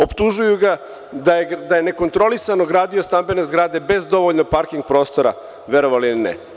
Optužuju ga da je nekontrolisano gradio stambene zgrade bez dovoljno parking prostora, verovali ili ne.